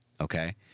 okay